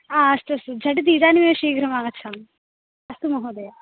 आम् अस्तु अस्तु झटिति इदीनीमेव शीघ्रमागच्छामि अस्तु महोदय